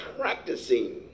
practicing